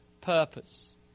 purpose